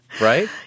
Right